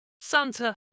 Santa